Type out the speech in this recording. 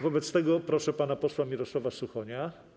Wobec tego proszę pana posła Mirosława Suchonia.